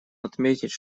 отметить